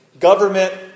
Government